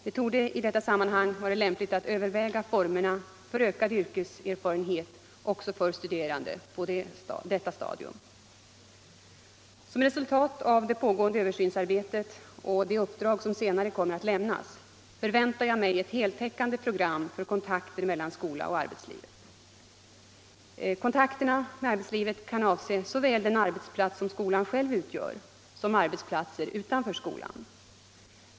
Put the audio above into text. Det torde i detta sammanhang vara lämpligt att överväga formerna för ökad yrkeserfarenhet också för studerande på detta stadium. Som resultat av det pågående översynsarbetet och det uppdrag som senare kommer att lämnas, förväntar jag mig ett heltäckande program för kontakter mellan skolan och arbetslivet. Kontakterna med arbetslivet kan avse såväl den arbetsplats som skolan själv utgör som arbetsplatser utanför skolan.